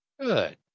good